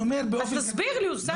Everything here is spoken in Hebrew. אז תסביר לי, אוסאמה.